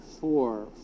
four